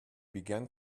began